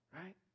Right